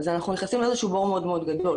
אז אנחנו נכנסים לבור מאוד מאוד גדול